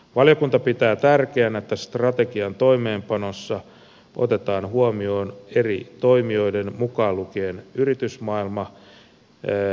valiokunta pitää tärkeänä että strategian toimeenpanossa otetaan huomioon eri toimijoiden mukaan lukien yritysmaailma ja kansalaisjärjestöt näkemykset